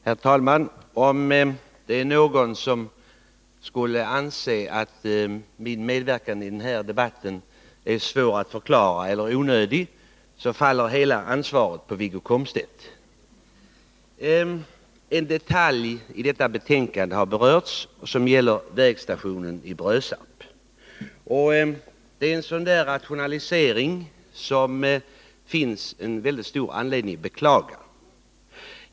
Herr talman! Om det finns någon som anser att min medverkan i den här debatten är svår att förklara eller onödig, vill jag säga att hela ansvaret för min medverkan faller på Wiggo Komstedt. En detalj i det föreliggande betänkandet har berörts. Den gäller vägstationen i Brösarp. Vad det gäller är en sådan där rationalisering som det finns stor anledning att beklaga.